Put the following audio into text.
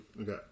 Okay